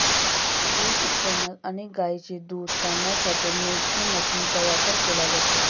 दूध उत्पादनात अनेक गायींचे दूध काढण्यासाठी मिल्किंग मशीनचा वापर केला जातो